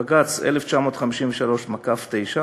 בג"ץ 1953/09,